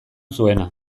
zuena